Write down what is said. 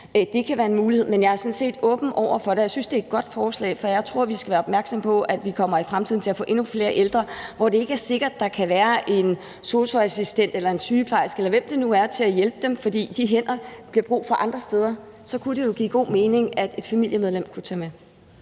Det kunne være en mulighed. Men jeg er sådan set åben over for det, og jeg synes, det er et godt forslag. For jeg tror, vi skal være opmærksomme på, at vi i fremtiden vil få endnu flere ældre, hvor det ikke er sikkert, at der kan være en sosu-assistent eller en sygeplejerske, eller hvem det nu kan være, til at hjælpe dem, for de hænder er der brug for andre steder. Der kunne det jo give god mening, at familiemedlemmer kunne tage med.